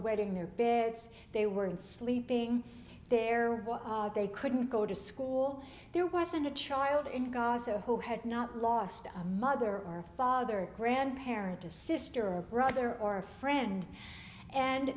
waiting their beds they were in sleeping there was they couldn't go to school there wasn't a child in gaza who had not lost a mother or father grandparent a sister or brother or a friend and